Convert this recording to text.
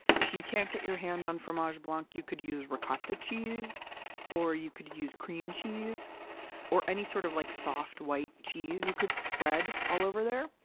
if you can't get your hand on fromage blanc, you could use ricotta cheese or you could use cream cheese or any sort of like soft, white cheese you could spread all over there.